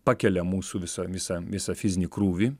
pakelia mūsų visą visą visą fizinį krūvį